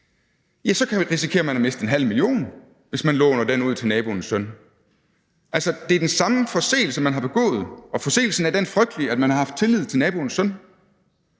500.000 kr., risikerer man at miste 500.000 kr., hvis man låner den ud til naboens søn. Altså, det er den samme forseelse, man har begået, og forseelsen er den frygtelige, at man har haft tillid til naboens søn,